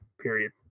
period